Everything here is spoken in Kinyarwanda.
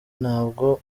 ntabwo